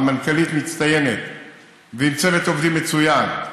עם מנכ"לית מצטיינת ועם צוות עובדים מצוין,